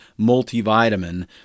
multivitamin